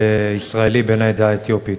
ישראלי בן העדה האתיופית.